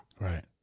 right